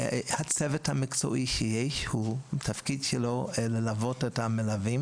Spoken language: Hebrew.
התפקיד של הצוות המקצועי שיש הוא ללוות את המלווים,